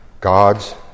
God's